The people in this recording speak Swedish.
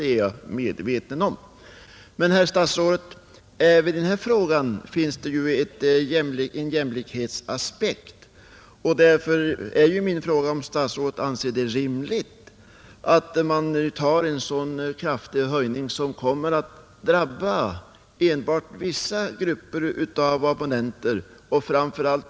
Det är jag väl medveten om, men, herr statsråd, även i den här frågan finns det en jämlikhetsaspekt, och därför är min fråga om statsrådet anser det rimligt att man gör en så kraftig höjning, som kommer att drabba endast vissa grupper av abonnenter, främst på landsbygden.